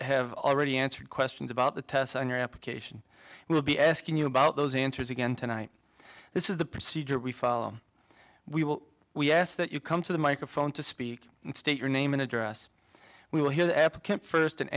have already answered questions about the tests on your application we'll be asking you about those answers again tonight this is the procedure we follow we will we ask that you come to the microphone to speak and state your name and address we will hear first and